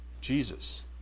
Jesus